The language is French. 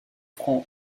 francs